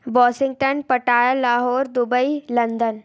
Washington Pattaya Lahore Dubai London